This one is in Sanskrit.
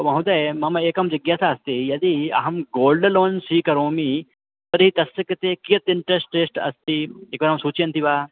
ओ महोदय मम एका जिज्ञासा अस्ति यदि अहं गोल्ड् लोन् स्वीकरोमि तर्हि तस्य कृते कियत् इन्ट्रस् रेस्ट् अस्ति एकवारं सूचयन्ति वा